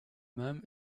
même